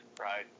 right